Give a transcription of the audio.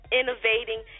innovating